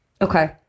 Okay